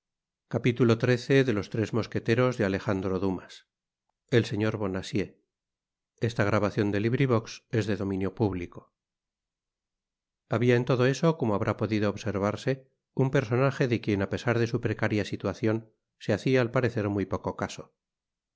señor bonacieux habia en todo eso como habrá podido observarse un personaje de quien á pesar de su precaria situacion se hacia al parecer muy poco caso